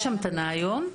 יש המתנה היום.